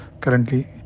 currently